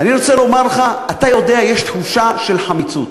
אתה יודע, יש תחושה של חמיצות,